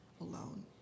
alone